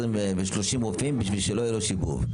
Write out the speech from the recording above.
ו-30 רופאים בשביל שלא יהיה לו שיבוב.